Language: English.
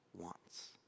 wants